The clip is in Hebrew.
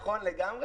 נכון לגמרי,